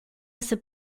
essa